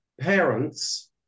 Parents